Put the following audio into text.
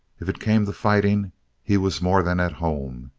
if it came to fighting he was more than at home.